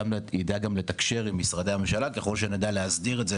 וברגע שנוכל להתחיל לשלוף מידע ולענות על השאלון בצורה